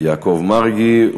יעקב מרגי.